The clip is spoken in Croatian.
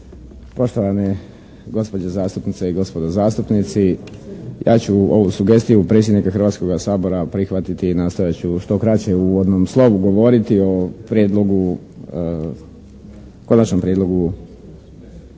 poštovane gospođe zastupnice i gospodo zastupnici. Ja ću ovu sugestiju predsjednika Hrvatskoga sabora prihvatiti i nastojat ću što kraće u uvodnom slovu govoriti o prijedlogu, Konačnom prijedlogu Zakona o